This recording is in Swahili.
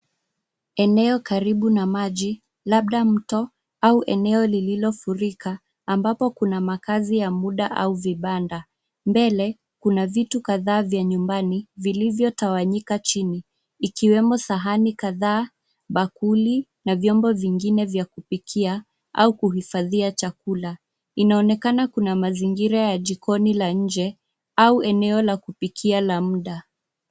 Eneo karibu na maji, labda mto au eneo lililofurika ambapo kuna makazi ya muda au vibanda. Mbele kuna vitu kadhaa vya nyumbani vilivyotawanyika chini, ikiwemo sahani kadhaa, bakuli na vyombo vingine vya kupikia au kuhifadhia chakula. Inaonekana kuna mazingira ya jikoni la nje au eneo la kupikia la muda.